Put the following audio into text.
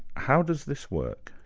how does this work?